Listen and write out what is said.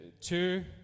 two